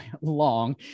long